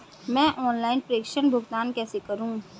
मैं ऑनलाइन प्रेषण भुगतान कैसे करूँ?